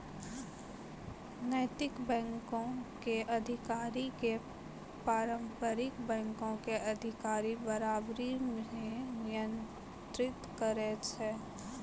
नैतिक बैंको के अधिकारी के पारंपरिक बैंको के अधिकारी बराबरी मे नियंत्रित करै छै